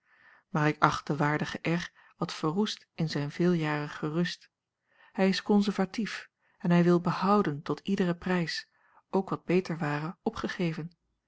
maar ik acht den waardigen r wat verroest in zijne veeljarige rust hij is conservatief en hij wil behouden tot iederen prijs ook wat beter ware opgegeven